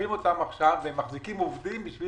מחייבים אותם עכשיו והם מחזיקים עובדים כדי